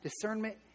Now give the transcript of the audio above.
discernment